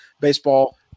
baseball